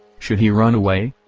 should he run away?